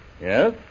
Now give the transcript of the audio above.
Yes